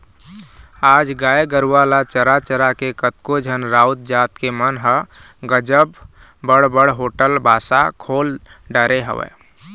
आज गाय गरुवा ल चरा चरा के कतको झन राउत जात के मन ह गजब बड़ बड़ होटल बासा खोल डरे हवय